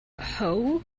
how